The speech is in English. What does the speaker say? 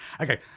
Okay